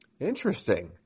Interesting